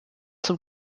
zum